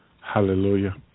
Hallelujah